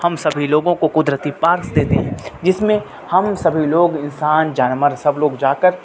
ہم سبھی لوگوں کو قدرتی پارس دیتے ہیں جس میں ہم سبھی لوگ انسان جانمر سب لوگ جا کر